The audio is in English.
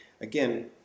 Again